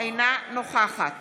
אינה נוכחת